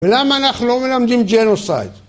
ולמה אנחנו לא מלמדים ג'נוסייד?